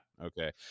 Okay